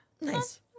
Nice